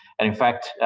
and in fact,